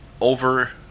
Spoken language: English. over